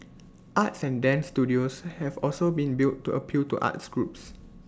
arts and dance studios have also been built to appeal to arts groups